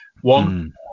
one